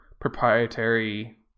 proprietary